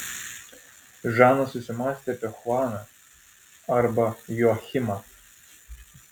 žana susimąstė apie chuaną arba joachimą